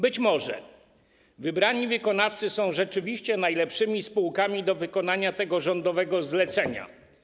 Być może wybrani wykonawcy są rzeczywiście najlepszymi spółkami do wykonania tego rządowego zlecenia.